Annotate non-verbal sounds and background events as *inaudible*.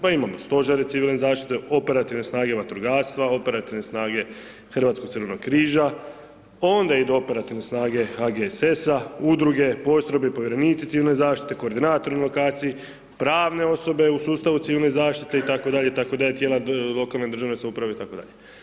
Pa imamo stožere civilne zaštite, operativne snage vatrogastva, operativne snage Hrvatskog crvenog križa, onda idu operativne snage HGSS-a, udruge, postrojbe i povjerenici civilne zaštite, koordinatori na, ... *unintelligible* prave osobe u sustavu civilne zaštite itd., itd. tijela lokalne državne samouprave itd.